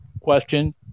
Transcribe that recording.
question